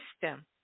system